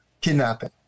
kidnapping